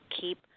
keep